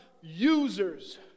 users